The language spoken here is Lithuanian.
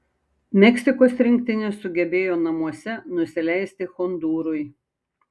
meksikos rinktinė sugebėjo namuose nusileisti hondūrui